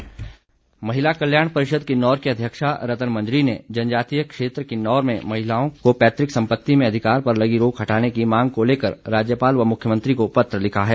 महिला परिषद महिला कल्याण परिषद किन्नौर की अध्यक्षा रत्न मंजरी ने जनजातीय क्षेत्र किन्नौर में महिलाओं को पैतृक सम्पति में अधिकार पर लगी रोक हटाने की मांग को लेकर राज्यपाल व मुख्यमंत्री को पत्र लिखा है